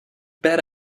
bet